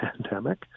pandemic